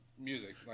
Music